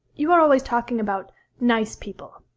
you are always talking about nice people.